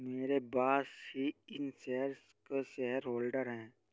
मेरे बॉस ही इन शेयर्स के शेयरहोल्डर हैं